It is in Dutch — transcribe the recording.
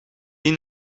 die